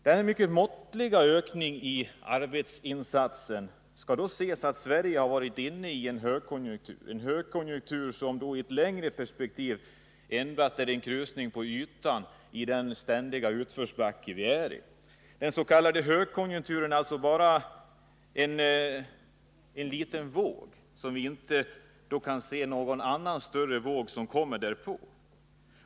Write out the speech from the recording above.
Denna mycket måttliga ökning av arbetsinsatsen skall ses mot bakgrund av det förhållandet att Sverige har varit inne i en högkonjunktur, en högkonjunktur som i ett längre perspektiv endast är en krusning på ytan i den ständiga utförsbacke vi är i. Den s.k. högkonjunkturen är alltså bara en liten våg, och vi kan inte se någon annan, större våg som kommer därpå.